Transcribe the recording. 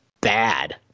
bad